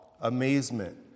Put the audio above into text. amazement